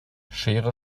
schere